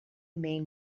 main